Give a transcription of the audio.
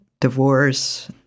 divorce